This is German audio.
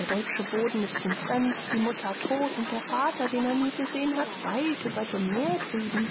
der deutsche boden ist ihm fremd die mutter tot und der vater den er nie gesehen hat weit über dem meer drüben